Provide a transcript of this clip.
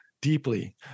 deeply